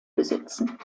besitzen